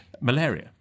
malaria